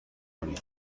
کنی